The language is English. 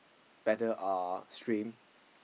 better uh stream